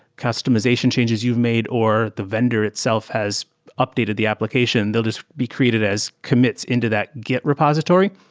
customization changes you've made or the vendor itself has updated the application. they'll just be created as commits into that git repository,